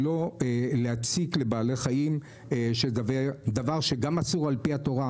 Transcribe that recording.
שלא להציק לבעלי-חיים דבר שגם אסור על פי התורה,